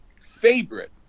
favorite